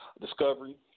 discovery